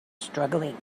struggling